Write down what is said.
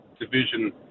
division